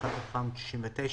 התשכ"ט 1969,